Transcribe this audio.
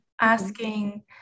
asking